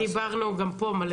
דיברנו גם פה מלא.